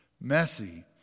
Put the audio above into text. messy